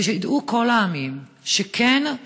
שידעו כל העמים שכן,